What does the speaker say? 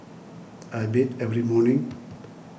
I bathe every morning